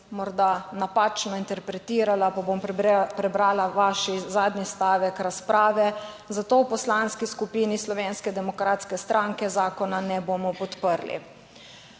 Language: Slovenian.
morda napačno interpretirala, pa bom prebrala vaš zadnji stavek razprave. "Zato v Poslanski skupini Slovenske demokratske stranke zakona ne bo podprli."